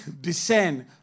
descend